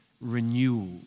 renewal